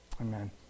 Amen